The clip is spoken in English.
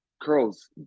curls